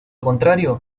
contrario